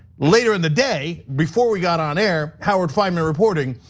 later in the day, before we got on air, howard feinman reporting.